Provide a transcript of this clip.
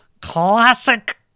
classic